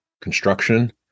construction